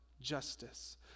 justice